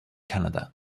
canada